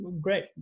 great